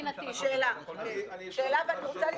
דגל מדינת ישראל, הדגל